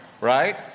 right